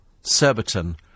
Surbiton